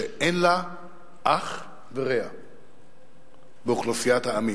שאין לה אח ורע באוכלוסיית העמים,